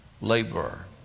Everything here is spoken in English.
laborer